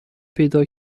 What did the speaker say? پیدا